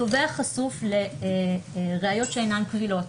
התובע חשוף לראיות שאינן קבילות,